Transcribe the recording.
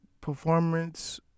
performance